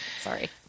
Sorry